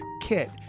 kit